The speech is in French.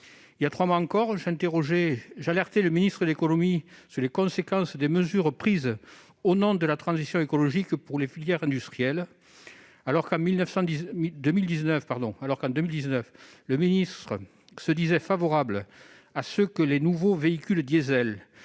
Voilà trois mois encore, j'alertais le ministre de l'économie sur les conséquences des mesures prises au nom de la transition écologique pour les filières industrielles. Alors que, en 2019, le ministre se déclarait favorable à ce que les nouveaux véhicules diesel